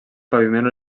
paviment